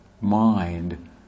mind